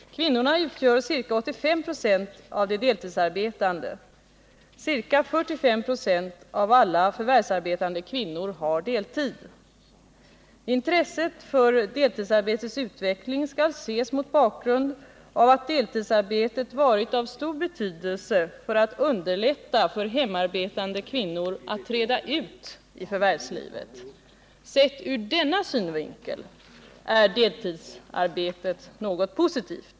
Kvinnorna utgör ca 85 96 av de deltidsarbetande. Ca 45 96 av alla förvärvsarbetande kvinnor har deltid. Deltidsarbetet har varit av stor betydelse för att underlätta för hemarbetande kvinnor att träda ut i förvärvslivet. Sett ur denna synvinkel är deltidsarbetet något positivt.